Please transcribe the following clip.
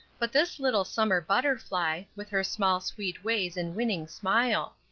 but this little summer butterfly, with her small sweet ways and winning smile!